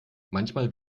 manchmal